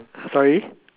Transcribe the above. sorry